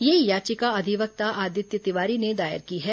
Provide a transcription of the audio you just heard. यह याचिका अधिवक्ता आदित्य तिवारी ने दायर की है